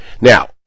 Now